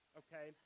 okay